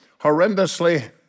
horrendously